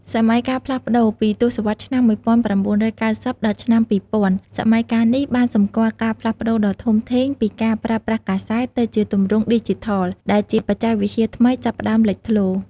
សម័យកាលផ្លាស់ប្តូរ ពីទសវត្សរ៍ឆ្នាំ ១៩៩០ ដល់ឆ្នាំ ២០០០ សម័យកាលនេះបានសម្គាល់ការផ្លាស់ប្ដូរដ៏ធំធេងពីការប្រើប្រាស់កាសែត ទៅជាទម្រង់ឌីជីថល ដែលជាបច្ចេកវិទ្យាថ្មីចាប់ផ្ដើមលេចធ្លោ។